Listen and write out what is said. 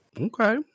Okay